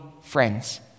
friends